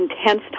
intense